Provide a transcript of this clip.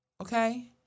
okay